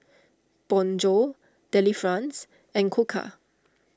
Bonjour Delifrance and Koka